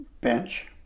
bench